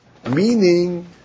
Meaning